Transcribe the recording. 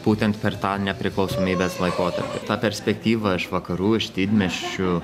būtent per tą nepriklausomybės laikotarpį ta perspektyva iš vakarų iš didmiesčių